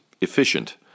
efficient